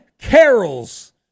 carols